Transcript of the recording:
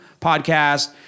podcast